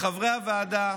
לחברי הוועדה,